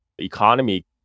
economy